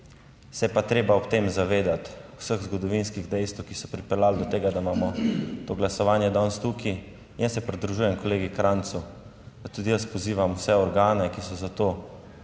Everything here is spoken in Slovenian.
se je pa treba ob tem zavedati vseh zgodovinskih dejstev, ki so pripeljali do tega, da imamo to glasovanje danes tukaj in jaz se pridružujem kolegu Krajncu, tudi jaz pozivam vse organe, ki so za to